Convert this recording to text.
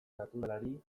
naturalari